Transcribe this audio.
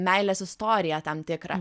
meilės istoriją tam tikrą